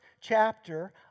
chapter